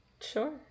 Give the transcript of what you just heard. Sure